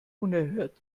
unerhört